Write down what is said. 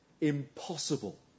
impossible